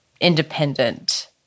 independent